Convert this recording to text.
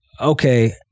okay